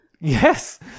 Yes